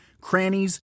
crannies